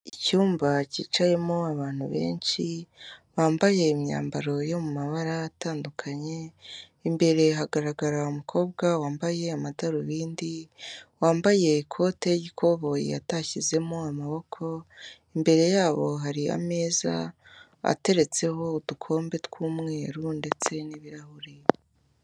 Icyumba cyicayemo abantu benshi bambaye imyambaro yo mu mabara atandukanye imbere hagaragara umukobwa wambaye amadarubindi wambaye ikote y'ikoboyi atashyizemo amaboko imbere yabo hari ameza ateretseho udukombe tw'umweru ndetse n'ibirahuri.